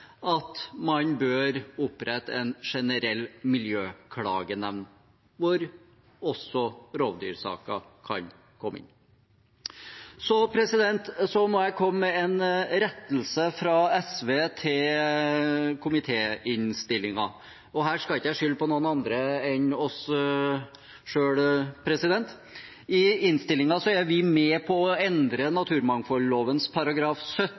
at man bør opprette en generell miljøklagenemnd, der også rovdyrsaker kan komme inn. Så må jeg komme med en rettelse fra SV til komitéinnstillingen. Her skal jeg ikke skylde på noen andre enn oss selv. I innstillingen er vi med på å endre